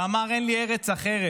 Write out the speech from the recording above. שאמר: אין לי ארץ אחרת.